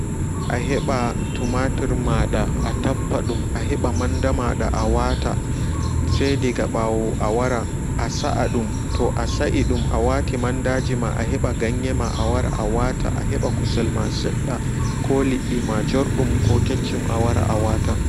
A heɓa tumatur mada atappa dum aheɓa manda mada awata se diga ɓawo awara assadum to a saaidum awati mandaji ma aheɓa ganye ma awara awata a heɓa kusel ma sedda ko liddi ma jordum ko keccu awara awata